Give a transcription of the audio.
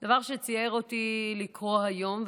דבר שציער אותי לקרוא היום,